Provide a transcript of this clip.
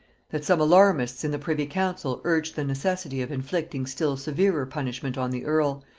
that some alarmists in the privy-council urged the necessity of inflicting still severer punishment on the earl,